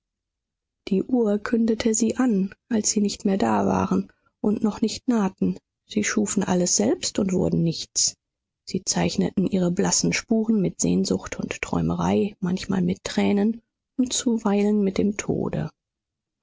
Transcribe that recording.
die uhr kündete sie an als sie nicht mehr da waren und noch nicht nahten sie schufen alles selbst und wurden nichts sie zeichneten ihre blassen spuren mit sehnsucht und träumerei manchmal mit tränen und zuweilen mit dem tode